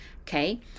okay